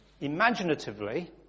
imaginatively